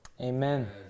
Amen